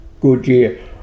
Goodyear